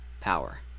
power